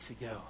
ago